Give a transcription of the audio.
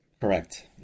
Correct